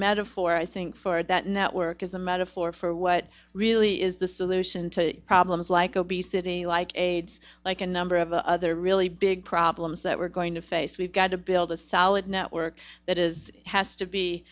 metaphor i think for that network is a metaphor for what really is the solution to problems like obesity like aids like a number of other really big problems that we're going to face we've got to build a solid network that is has to be